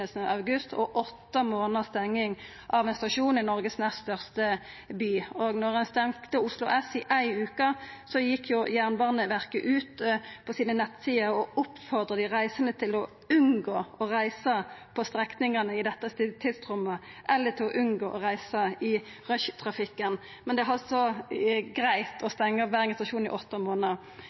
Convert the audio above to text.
av august – og åtte månaders stenging av ein stasjon i Noregs nest største by. Da ein stengde Oslo S i éi veke, gjekk Jernbaneverket ut på nettsidene sine og oppfordra dei reisande til å unngå å reisa på strekningane i dette tidsrommet, eller unngå å reisa i rushtrafikken. Men det er altså greitt å stengja Bergen stasjon i åtte